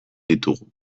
ditugu